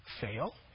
fail